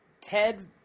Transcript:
Ted